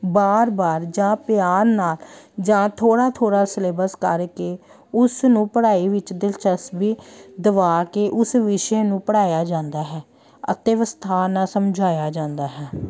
ਬਾਰ ਬਾਰ ਜਾਂ ਪਿਆਰ ਨਾਲ ਜਾਂ ਥੋੜ੍ਹਾ ਥੋੜ੍ਹਾ ਸਿਲੇਬਸ ਕਰਕੇ ਉਸ ਨੂੰ ਪੜ੍ਹਾਈ ਵਿੱਚ ਦਿਲਚਸਪੀ ਦਵਾ ਕੇ ਉਸ ਵਿਸ਼ੇ ਨੂੰ ਪੜ੍ਹਾਇਆ ਜਾਂਦਾ ਹੈ ਅਤੇ ਵਿਸਥਾਰ ਨਾਲ ਸਮਝਾਇਆ ਜਾਂਦਾ ਹੈ